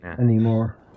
anymore